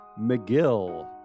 McGill